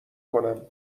کنم